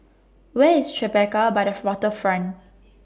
Where IS Tribeca By The Waterfront